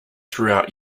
throughout